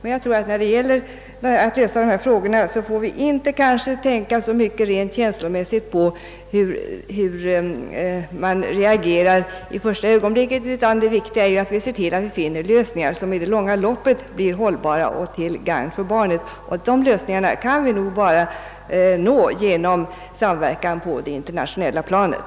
När det gäller att lösa dessa frågor får vi kanske inte tänka så mycket rent känslomässigt på hur man reagerar vid första ögonblicket, utan det viktiga är att se till att vi finner lösningar som blir hållbara och till gagn för barnet i det långa loppet. Sådana lösningar kan vi endast nå genom samverkan på det internationella planet.